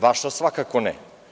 Vaša svakako ne.